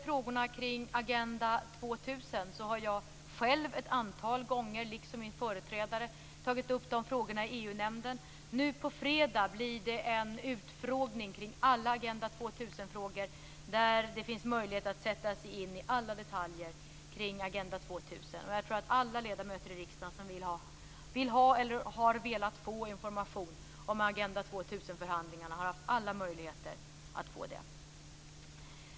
Frågorna kring Agenda 2000 har jag liksom min företrädare ett antal gånger tagit upp i EU-nämnden. På fredag blir det en utfrågning kring alla Agenda 2000-frågor, där det finns möjlighet att sätta sig in i alla detaljer i detta sammanhang. Jag tror att de ledamöter i riksdagen som har velat få information om Agenda 2000-förhandlingarna har haft alla möjligheter till detta.